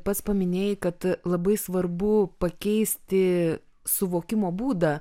pats paminėjai kad labai svarbu pakeisti suvokimo būdą